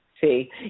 See